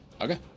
Okay